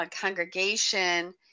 congregation